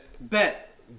Bet